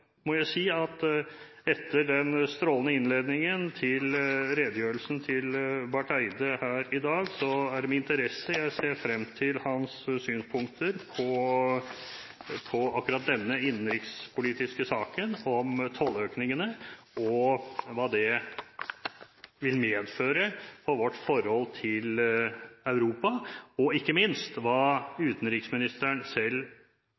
må jeg si at etter den strålende innledningen til redegjørelsen til Barth Eide her i dag er det med interesse jeg ser frem til hans synspunkter på akkurat denne innenrikspolitiske saken om tolløkningene og hva det vil medføre for vårt forhold til Europa, og – ikke minst – hva utenriksministeren selv